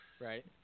Right